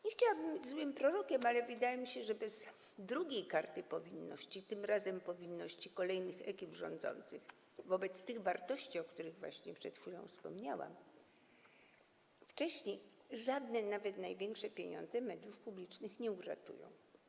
Nie chciałabym być złym prorokiem, ale wydaje mi się, że bez drugiej karty powinności, tym razem powinności kolejnych ekip rządzących wobec tych wartości, o których właśnie przed chwilą wspomniałam, wcześniej żadne, nawet największe pieniądze mediów publicznych nie uratują.